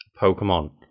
Pokemon